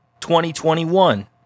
2021